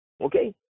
okay